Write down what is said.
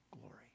glory